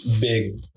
big